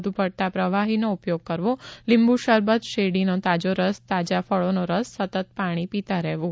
વધુ પડતા પ્રવાહીનો ઉપયોગ કરવો લીંબુ શરબત શેરડીનો તાજો રસ તાજા ફળોનો રસ સતત પાણી પીતા રહેવું